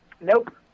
Nope